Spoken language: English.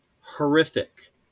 horrific